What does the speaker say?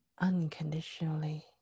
unconditionally